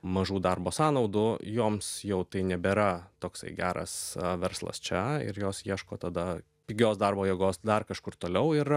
mažų darbo sąnaudų joms jau tai nebėra toksai geras verslas čia ir jos ieško tada pigios darbo jėgos dar kažkur toliau ir